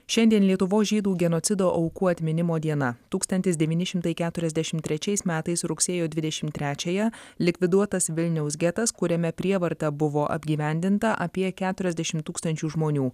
šiandien lietuvos žydų genocido aukų atminimo diena tūkstantis devyni šimtai keturiasdešimt trečiais metais rugsėjo dvidešimt trečiąją likviduotas vilniaus getas kuriame prievarta buvo apgyvendinta apie keturiadešimt tūkstančių žmonių